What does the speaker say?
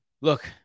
look